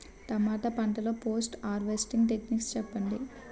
టమాటా పంట లొ post harvesting techniques చెప్పండి?